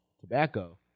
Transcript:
tobacco